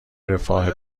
رفاه